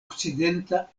okcidenta